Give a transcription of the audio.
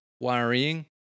worrying